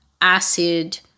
acid